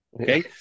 Okay